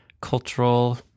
cultural